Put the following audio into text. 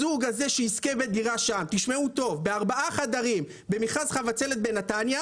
זוג יזכה בדירה של ארבעה חדרים במכרז חבצלת נתניה